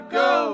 go